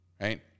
right